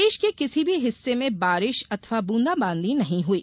प्रदेश के किसी भी हिस्से में बारिश अथवा ब्रंदा बांदी नहीं हुई